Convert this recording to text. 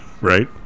right